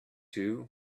two